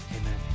Amen